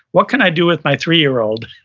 what can i do with my three-year-old?